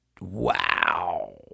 Wow